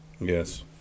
Yes